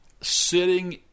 sitting